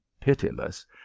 pitiless